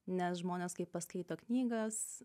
nes žmonės kai paskaito knygas